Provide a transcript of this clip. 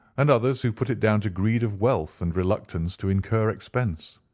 and others who put it down to greed of wealth and reluctance to incur expense.